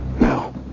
No